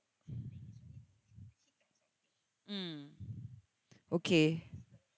mm okay